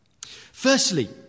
Firstly